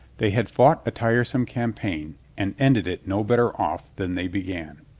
they had fought a tiresome campaign and ended it no better off than they began.